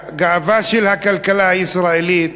גאווה של הכלכלה הישראלית,